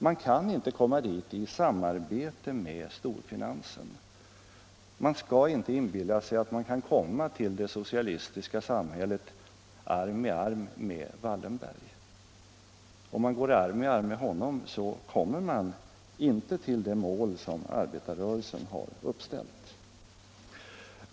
Man kan inte komma dit i samarbete med storfinansen. Man skall inte inbilla sig att man kan komma till det socialistiska samhället arm i arm med Wallenberg. Om man går arm i arm med honom kommer man inte till det mål som arbetarrörelsen har uppställt.